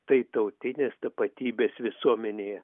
tai tautinės tapatybės visuomenėje